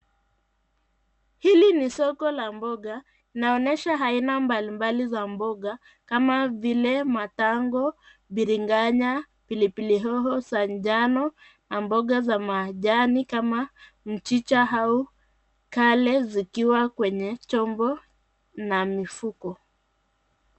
Hili ni soko la mboga linaonyesha aina mbalimbali za mboga kama vile matango biringanya pilipili hoho za njano na mboga za majani kama mchicha au kale zikiwa kwenye chombo na mifuko.